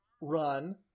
run